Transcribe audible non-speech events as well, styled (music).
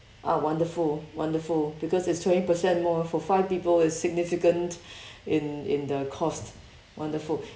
ah wonderful wonderful because it's twenty percent more for five people it's significant (breath) in in the cost wonderful